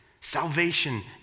salvation